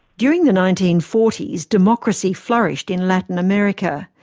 during the nineteen forty s, democracy flourished in latin america,